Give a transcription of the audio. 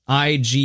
IG